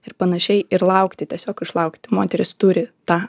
ir panašiai ir laukti tiesiog išlaukti moterys turi tą